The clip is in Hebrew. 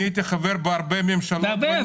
אני הייתי חבר בהרבה ממשלות --- בהרבה,